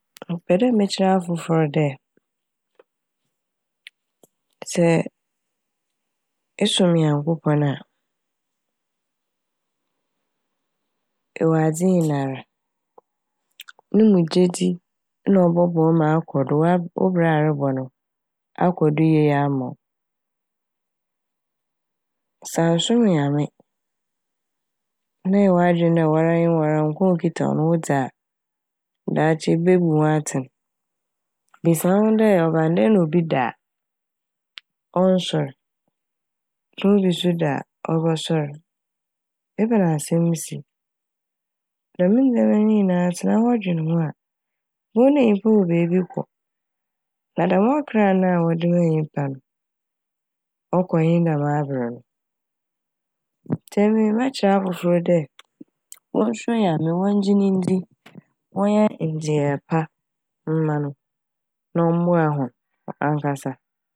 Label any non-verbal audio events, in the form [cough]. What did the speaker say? Mepɛ dɛ mekyerɛ afofor dɛ [noise] sɛ esom Nyankopɔn a ewɔ adze nyinara a, no mu gyedzi na ɔbɔboa wo ma akɔ do w'ab- wo bra a ɛrobɔ no akɔ do yie ama wo. Sɛ annsom Nyame na ɛyɛ w'adwen dɛ woara nye woara nkwa a okitsa wo n' wodza daakye ebobu ho atsɛn. Bisa wo ho dɛ ɔba ne dɛn na obi da a ɔnnsoɛr na obi so da a ɔbɔsoɛr, ebɛn asɛm si. Dɛm ndzɛma ne nyinaa etsena hɔ na edwen ho a ibohu dɛ nyimpa wɔ beebi kɔ. Na dɛm ɔkra no a wɔde maa nyimpa no ɔkɔ hen dɛm aber no ntsi [noise] emi mɛkyerɛ afofor dɛ wonnsuro Nyame wongye ne ndi [noise] wɔnyɛ ndzeyɛɛ pa mma no na ɔboa hɔn ankasa.